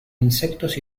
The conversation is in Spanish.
insectos